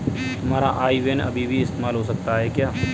तुम्हारा IBAN अभी भी इस्तेमाल हो सकता है क्या?